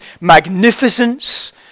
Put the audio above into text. magnificence